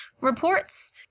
reports